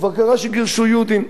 כבר קרה שגירשו יהודים.